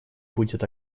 будет